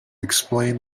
explain